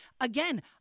again